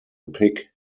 pick